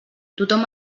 tothom